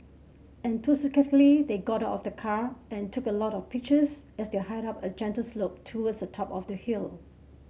they got out of the car and took a lot of pictures as they hiked up a gentle slope towards the top of the hill